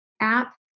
app